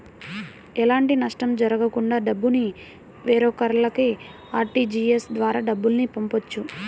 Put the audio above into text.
ఎలాంటి నష్టం జరగకుండా డబ్బుని వేరొకల్లకి ఆర్టీజీయస్ ద్వారా డబ్బుల్ని పంపొచ్చు